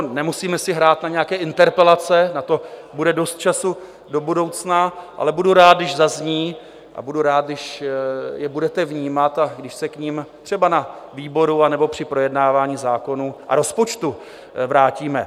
Nemusíme si hrát na nějaké interpelace, na to bude dost času do budoucna, ale budu rád, když zazní, a budu rád, když je budete vnímat a když se k nim třeba na výboru nebo při projednávání zákonů a rozpočtu vrátíme.